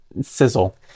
Sizzle